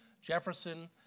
Jefferson